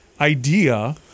idea